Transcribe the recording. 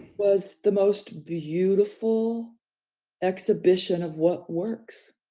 was the most beautiful exhibition of what works?